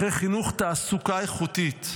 אחרי חינוך, תעסוקה איכותית: